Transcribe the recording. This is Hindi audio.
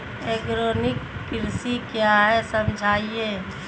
आर्गेनिक कृषि क्या है समझाइए?